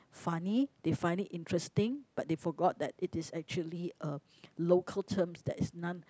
funny they find it interesting but they forgot that it is actually a local term that is none